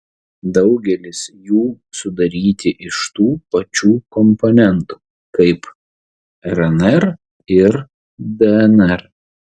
daugelis jų sudaryti iš tų pačių komponentų kaip rnr ir dnr